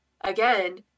again